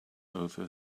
over